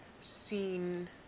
seen